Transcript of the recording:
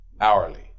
hourly